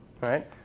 right